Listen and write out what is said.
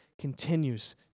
continues